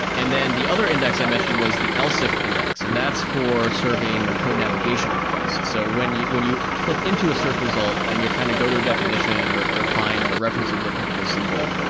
and then the other index i mentioned was the else if index, and that's for serving code navigation requests. so when you when you click into a search result and you're trying to go to a definition or or find the references of a particular symbol,